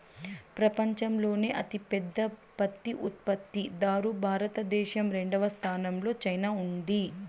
పపంచంలోనే అతి పెద్ద పత్తి ఉత్పత్తి దారు భారత దేశం, రెండవ స్థానం లో చైనా ఉంది